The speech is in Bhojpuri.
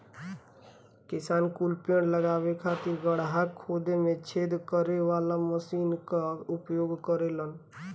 किसान कुल पेड़ लगावे खातिर गड़हा खोदे में छेद करे वाला मशीन कअ उपयोग करेलन